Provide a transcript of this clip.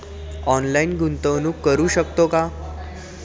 Online गुंतवणूक करू शकतो का?